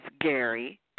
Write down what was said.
Gary